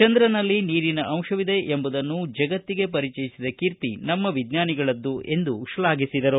ಚಂದ್ರನಲ್ಲಿ ನೀರಿನ ಅಂತವಿದೆ ಎಂಬುದನ್ನು ಜಗತ್ತಿಗೆ ಪರಿಚಯಿಸಿದ ಕೀರ್ತಿ ನಮ್ಮ ವಿಜ್ಞಾನಿಗಳದ್ದು ಎಂದು ಶ್ಲಾಘಿಸಿದರು